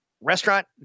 Restaurant